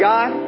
God